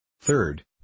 Third